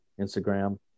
Instagram